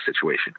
situation